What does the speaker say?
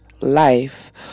life